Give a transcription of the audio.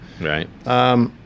right